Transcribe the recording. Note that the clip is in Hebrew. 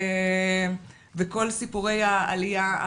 וכל סיפורי העלייה.